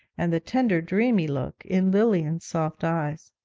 and the tender dreamy look in lilian's soft eyes.